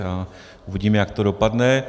Uvidím, jak to dopadne.